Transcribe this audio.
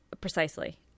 Precisely